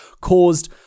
caused